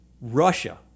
Russia